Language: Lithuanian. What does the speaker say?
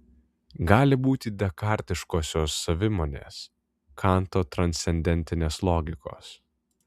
gali būti dekartiškosios savimonės kanto transcendentinės logikos